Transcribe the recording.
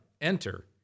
enter